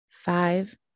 five